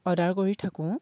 order কৰি থাকোঁ